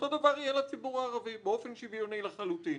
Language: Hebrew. אותו דבר יהיה לציבור הערבי באופן שוויוני לחלוטין.